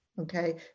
okay